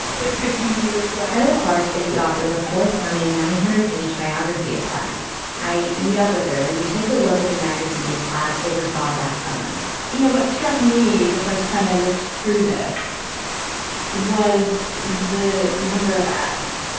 it's good to meet you as well. heather clark is the author of a forthcoming nine hundred page biography of platt i meet up with her and we take a look at the magazine plath oversaw that summer you know what struck me the first time i looked through this was the number of ads.